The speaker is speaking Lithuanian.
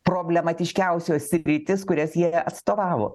problematiškiausios sritys kurias jie atstovavo